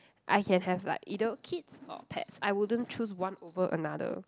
I can have like either kids or pets I wouldn't choose one over another